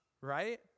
Right